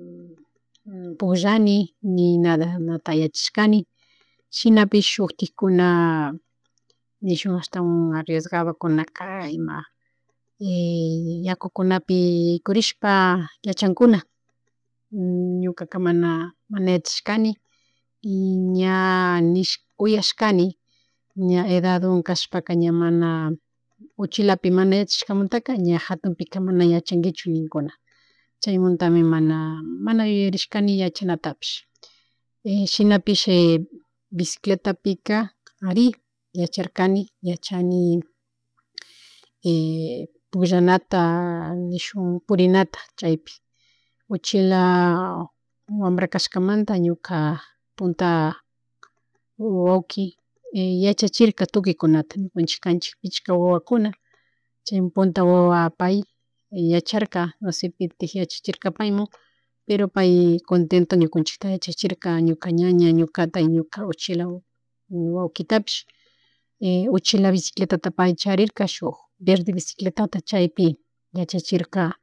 pullani ni nada nadanata yachashkani shinapish shutikkuna nishun ashtawan ariesgadokunaka ima yakukunapi yakurishpa yachankuna ñuka mana yachashkani y ña nish uyashka ña edadwan kashpaka ña mana uchilapi mana yahcashkamuntaka ña hatunpika mana yachanguichun ninkuna chaymunta mana mana yuyarishkani yachanatapish, shinapish bicicletapika ari yacharlkani yachani, y pullanata nishun purinata chaypi uchila wambra kashkamanta ñuka punta wayki yachachirka tukuykunata ñukanchik kanchi pikcha wawakuna chaymi punta wawa pay y yacharka nose pitik yachachirka paymun pero pay contento ñukunchikta yachachirka ñuka ñaña, ñukata y ñuka uchila waykitapish y uchila bicicletata pay chatirka shuk verde bicicletata chaypi yachachirka